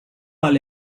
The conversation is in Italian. alle